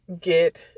get